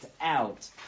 out